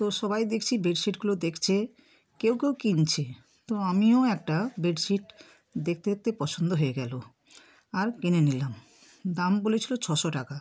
তো সবাই দেখছি বেডশিটগুলো দেকছে কেউ কেউ কিনছে তো আমিও একটা বেডশিট দেখতে দেখতে পছন্দ হয়ে গেলো আর কিনে নিলাম দাম বলেছিলো ছশো টাকা